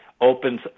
opens